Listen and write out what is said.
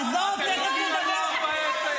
תגידי, יש מקום בדרכון כבר עם כל החתימות?